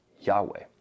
Yahweh